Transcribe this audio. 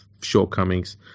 shortcomings